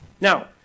Now